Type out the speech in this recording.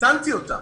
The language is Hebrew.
הקטנתי אותה.